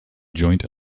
joint